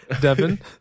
Devin